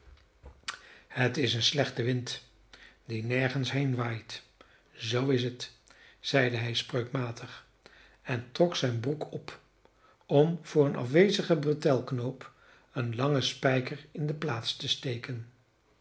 het is een slechte wind die nergens heenwaait zoo is het zeide hij spreukmatig en trok zijn broek op om voor een afwezigen bretelknoop een langen spijker in de plaats te steken